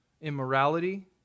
immorality